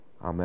Amen